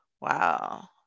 Wow